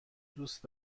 دوست